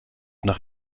nach